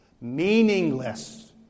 meaningless